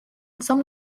some